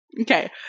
Okay